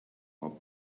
while